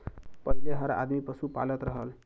पहिले हर आदमी पसु पालत रहल